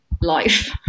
life